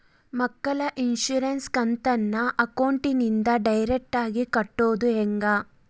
ಮಕ್ಕಳ ಇನ್ಸುರೆನ್ಸ್ ಕಂತನ್ನ ಅಕೌಂಟಿಂದ ಡೈರೆಕ್ಟಾಗಿ ಕಟ್ಟೋದು ಹೆಂಗ?